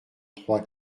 trois